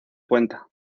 cuenta